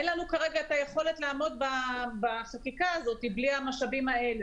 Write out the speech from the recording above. אין לנו כרגע היכולת לעמוד בחקיקה הזאת בלי המשאבים האלה,